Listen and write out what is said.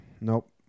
Nope